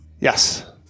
Yes